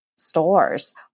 stores